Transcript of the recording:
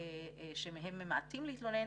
מהם ממעטים להתלונן,